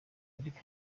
ariko